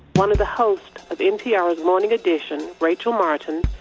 one of the hosts of npr's morning edition, rachel martin,